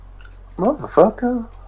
Motherfucker